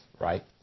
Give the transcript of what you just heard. Right